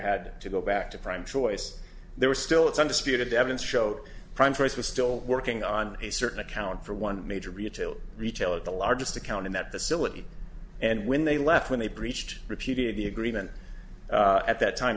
had to go back to prime choice there was still it's undisputed evidence showed prime force was still working on a certain account for one major retail retailer at the largest accounting that the syllabi and when they left when they breached repeated the agreement at that time